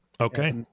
Okay